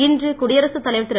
இன்று குடியரசுத் தலைவர் திரு